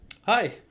Hi